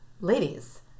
Ladies